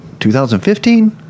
2015